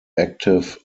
active